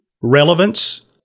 relevance